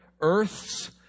Earth's